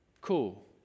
cool